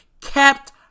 kept